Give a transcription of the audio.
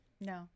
No